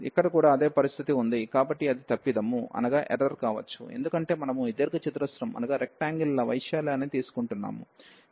ఇక్కడ కూడా అదే పరిస్థితి ఉంది కాబట్టి అది తప్పిదము కావచ్చు ఎందుకంటే మనము ఈ దీర్ఘ చతురస్రం ల వైశాల్యాన్ని తీసుకుంటున్నాము